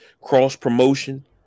cross-promotion